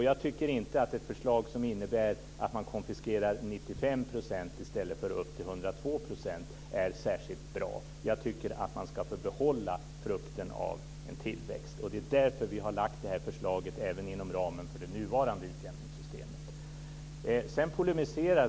Jag tycker inte att ett förslag som innebär att 95 % i stället för upp till 102 % konfiskeras är särskilt bra. Man ska, tycker jag, få behålla frukten av en tillväxt - det är därför som vi har lagt fram vårt förslag - även inom ramen för det nuvarande utjämningssystemet.